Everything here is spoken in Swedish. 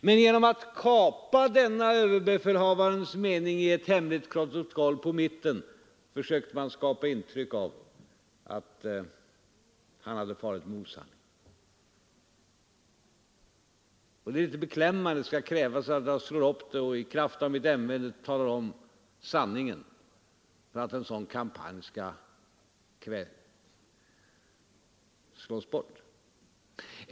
Men genom att i skydd av sekretessen kapa en av överbefälhavarens meningar på mitten försökte man skapa intryck av att han farit med osanning. Och det är ju litet beklämmande att jag skall vara tvungen att läsa protokollet och i kraft av mitt ämbete tala om sanningen, för att en sådan kampanj skall kvävas!